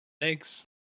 Thanks